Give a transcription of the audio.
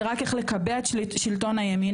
זה רק איך לקבע את שלטון הימין,